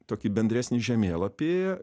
tokį bendresnį žemėlapį